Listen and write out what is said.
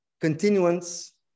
continuance